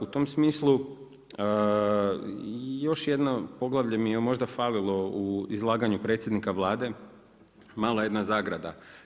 U tom smislu još jedno poglavlje mi je možda falilo u izlaganju predsjednika Vlade mala jedna zagrada.